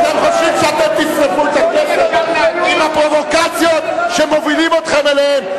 אתם חושבים שאתם תשרפו את הכנסת עם הפרובוקציות שמובילים אתכם אליהן?